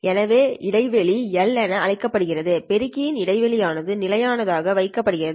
எனவே இது இடைவெளி La என அழைக்கப்படும் பெருக்கிகள் இடைவெளி ஆனது நிலையானதாக வைக்கப்படுகிறது